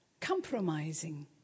compromising